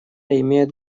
имеет